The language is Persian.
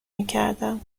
میکردم